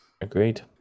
Agreed